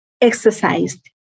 exercised